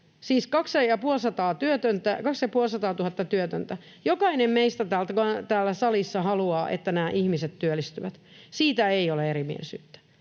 työtöntä. Jokainen meistä täällä salissa haluaa, että nämä ihmiset työllistyvät, siitä ei ole erimielisyyttä,